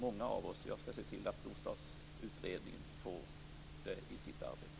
Jag skall se till att Storstadskommittén får tillgång till dem i sitt arbete.